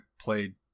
played